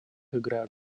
играют